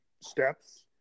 steps